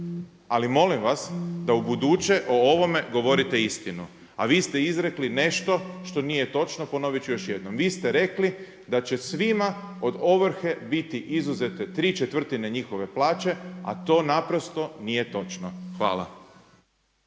ali molim vas da u buduće o ovome govorite istinu, a vi ste izrekli nešto što nije točno. Ponovit ću još jednom. Vi ste rekli da će svima od ovrhe biti izuzete tri četvrtine njihove plaće, a to naprosto nije točno. Hvala.